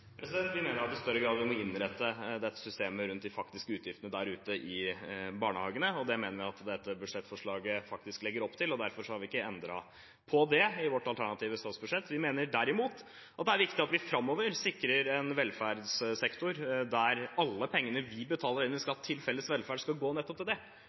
Vi mener at vi i større grad må innrette dette systemet rundt de faktiske utgiftene der ute i barnehagene, og det mener vi at dette budsjettforslaget faktisk legger opp til. Derfor har vi ikke endret på det i vårt alternative statsbudsjett. Vi mener derimot det er viktig at vi framover sikrer en velferdssektor der alle pengene vi betaler inn i skatt til felles velferd, skal gå til nettopp det,